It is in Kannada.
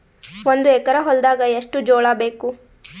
ಒಂದು ಎಕರ ಹೊಲದಾಗ ಎಷ್ಟು ಜೋಳಾಬೇಕು?